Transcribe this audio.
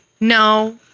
no